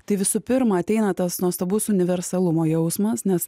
tai visų pirma ateina tas nuostabus universalumo jausmas nes